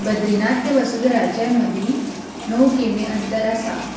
बद्रीनाथ ते वसूधराचे मदीं णव किमी अंतर आसा